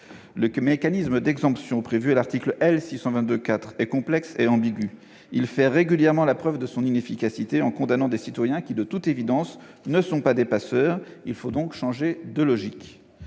Le mécanisme d'exemption prévu à l'article L. 622-4 est complexe et ambigu. Il fait régulièrement la preuve de son inefficacité, en faisant condamner des citoyens qui, de toute évidence, ne sont pas des passeurs. Il faut donc changer de logique